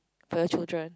for a children